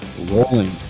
rolling